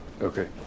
okay